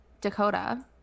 Dakota